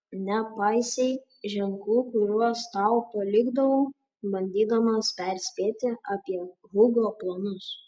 nepaisei ženklų kuriuos tau palikdavau bandydamas perspėti apie hugo planus